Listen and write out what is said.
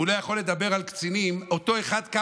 רוצה לומר למי שהזכיר שאמרתי אהבת חינם, אף